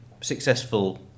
successful